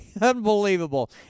Unbelievable